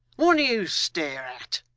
what do you stare at?